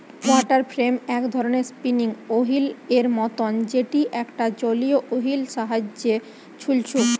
water frame এক ধরণের spinning wheel এর মতন যেটি একটা জলীয় ওহীল এর সাহায্যে ছলছু